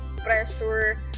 Pressure